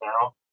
now